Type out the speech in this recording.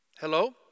Hello